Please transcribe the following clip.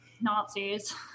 Nazis